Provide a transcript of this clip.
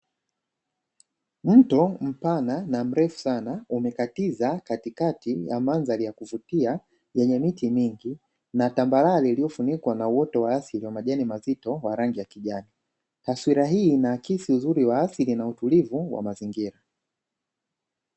Mto mpana na mrefu sana umekatiza katikati ya mandhari ya kuvutia yenye miti mingi na tambarare iliyofunikwa na uoto wa asili wa majani mazito wa rangi ya kijani. Taswira hii inaakisi uzuri wa asili na utulivu wa mazingira.